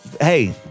hey